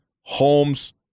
homes